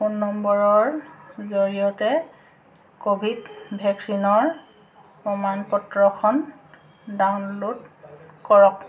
phone নম্বৰৰ জৰিয়তে ক'ভিড ভেকচিনৰ প্ৰমাণ পত্ৰখন ডাউনলোড কৰক